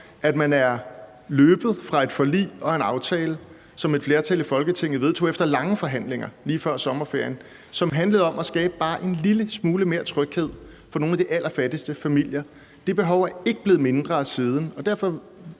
at man er løbet fra et forlig og en aftale, som et flertal i Folketinget vedtog efter lange forhandlinger lige før sommerferien, som handlede om at skabe bare en lille smule mere tryghed for nogle af de allerfattigste familier. Det behov er ikke blevet mindre siden. Derfor